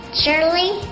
surely